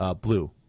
blue